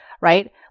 right